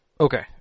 Okay